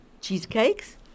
cheesecakes